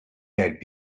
that